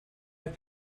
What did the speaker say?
have